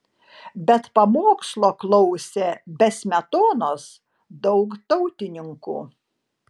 bet pamokslo klausė be smetonos daug tautininkų